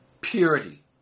Purity